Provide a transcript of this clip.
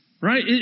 Right